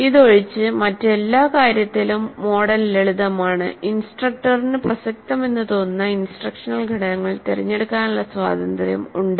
ഇതൊഴിച്ച് മറ്റെല്ലാ കാര്യത്തിലും മോഡൽ ലളിതമാണ് ഇൻസ്ട്രക്റ്ററിനു പ്രസക്തമെന്നു തോന്നുന്ന ഇൻസ്ട്രക്ഷണൽ ഘടകങ്ങൾ തിരഞ്ഞെടുക്കാനുള്ള സ്വാതന്ത്ര്യം ഉണ്ട്